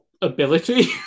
ability